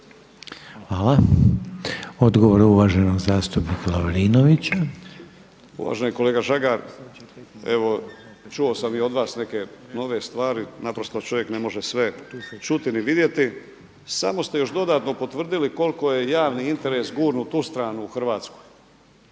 Ivan (Promijenimo Hrvatsku)** Uvaženi kolega Žagar, evo čuo sam i od vas neke nove stvari, naprosto čovjek ne može sve čuti ni vidjeti. Samo ste još dodatno potvrdili koliko je javni interes gurnut u stranu u Hrvatskoj.